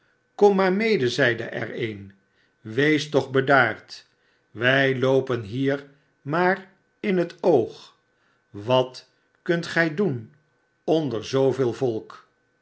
kom maar mede zeide er een wees toch bedaard wij loopen hier maar in het oog wat kunt gij doen onder zooveel volk